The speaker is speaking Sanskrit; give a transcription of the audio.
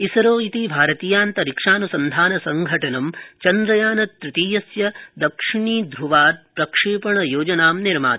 इसरो इति भारतीयान्तरिक्षानुसन्धानसंघटनं चन्द्रयान तृतीयस्य दक्षिणध्रवात् प्रक्षेपणयोजनां निर्माति